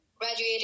graduated